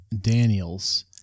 Daniels